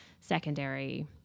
Secondary